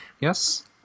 Yes